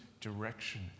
direction